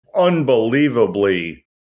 unbelievably